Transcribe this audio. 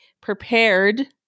prepared